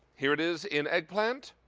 here it is in eggplant,